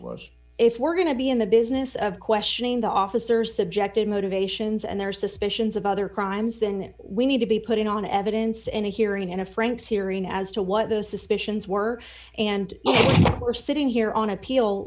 was if we're going to be in the business of questioning the officers subjected motivations and their suspicions of other crimes then we need to be putting on evidence and hearing in a franks hearing as to what those suspicions were and we're sitting here on appeal